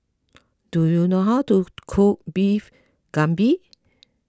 do you know how to cook Beef Galbi